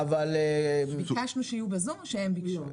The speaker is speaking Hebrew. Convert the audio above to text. אנחנו ביקשנו שהם יהיו בזום או שהם ביקשו?